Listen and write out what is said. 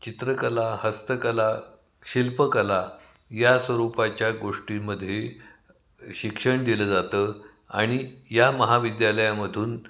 चित्रकला हस्तकला शिल्पकला या स्वरूपाच्या गोष्टींमध्ये शिक्षण दिलं जातं आणि या महाविद्यालयामधून